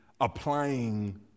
applying